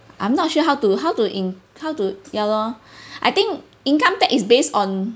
I'm not sure how to how to in how to ya lor I think income tax is based on